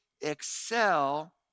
excel